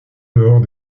dehors